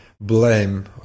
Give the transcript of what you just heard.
blame